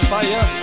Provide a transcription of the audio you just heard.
Fire